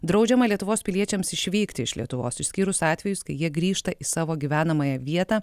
draudžiama lietuvos piliečiams išvykti iš lietuvos išskyrus atvejus kai jie grįžta į savo gyvenamąją vietą